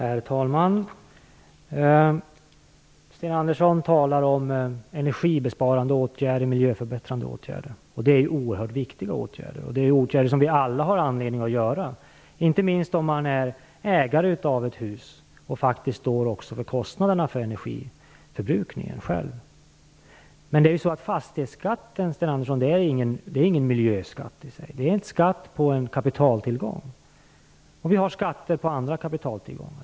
Herr talman! Sten Andersson talar om energi och miljöförbättrande åtgärder. Det är oerhört viktiga åtgärder - åtgärder som vi alla har anledning att vidta, inte minst som husägare, som ju faktiskt också står för kostnaderna för energiförbrukningen. Fastighetsskatten, Sten Andersson, är dock ingen miljöskatt i sig, utan den är en skatt på en kapitaltillgång. Vi har också skatter på andra kapitaltillgångar.